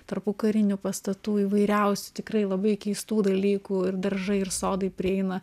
tarpukarinių pastatų įvairiausių tikrai labai keistų dalykų ir daržai ir sodai prieina